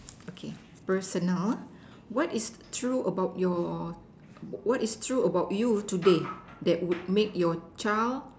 okay personal ah what is true about your what is true about you today that will make your child